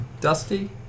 Dusty